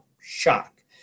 Shock